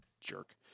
jerk